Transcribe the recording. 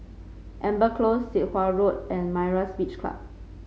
Amber Close Sit Wah Road and Myra's Beach Club